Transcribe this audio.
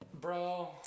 bro